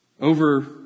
over